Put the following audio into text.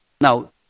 Now